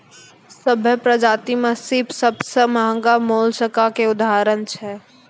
सभ्भे परजाति में सिप सबसें महगा मोलसका के उदाहरण छै